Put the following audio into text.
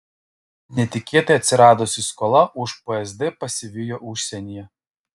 netikėtai atsiradusi skola už psd pasivijo užsienyje